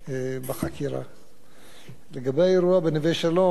לגבי האירוע בנווה-שלום, האירוע שהיה ב-8 ביוני,